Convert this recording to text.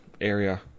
area